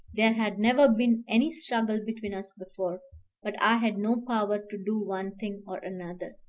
there had never been any struggle between us before but i had no power to do one thing or another.